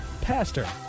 Pastor